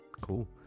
cool